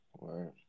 Right